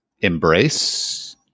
embrace